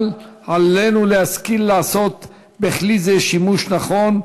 אבל עלינו להשכיל לעשות בכלי זה שימוש נכון,